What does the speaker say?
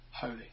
holy